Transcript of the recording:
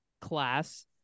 class